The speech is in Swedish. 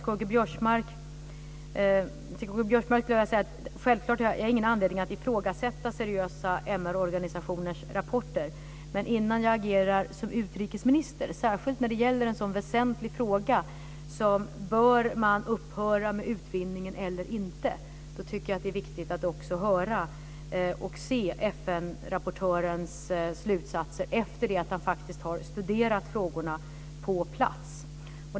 Till K-G Biörsmark vill jag säga att jag självklart inte har någon anledning att ifrågasätta seriösa MR organisationers rapporter. Men innan jag agerar som utrikesminister, särskilt i en så väsentlig fråga som huruvida man bör upphöra med utvinningen eller inte, tycker jag att det är viktigt att höra och se FN rapportörens slutsatser efter det att han faktiskt har studerat frågorna på plats.